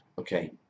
okay